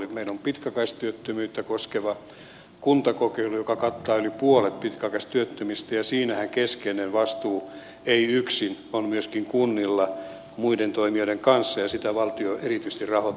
meillä on pitkäaikaistyöttömyyttä koskeva kuntakokeilu joka kattaa yli puolet pitkäaikaistyöttömistä ja siinähän keskeinen vastuu ei yksin on myöskin kunnilla muiden toimijoiden kanssa ja sitä valtio erityisesti rahoittaa